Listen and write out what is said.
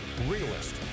realist